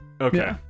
Okay